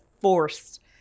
forced